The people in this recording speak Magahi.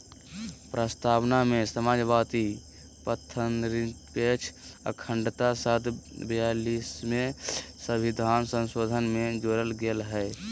प्रस्तावना में समाजवादी, पथंनिरपेक्ष, अखण्डता शब्द ब्यालिसवें सविधान संशोधन से जोरल गेल हइ